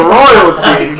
royalty